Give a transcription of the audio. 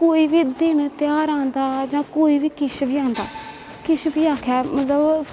कोई बी दिन त्यहार आंदा जां कोई बी किश बी आंदा किश बी आखेआ मतलब